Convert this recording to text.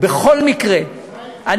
חבר הכנסת גפני,